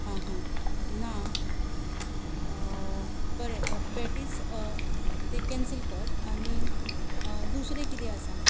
आं हां ना बरें पॅटीस ते कॅन्सील कर आनी दुसरें किदें आसा